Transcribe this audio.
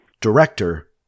Director